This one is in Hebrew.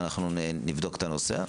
ואנחנו נבדוק את הנושא.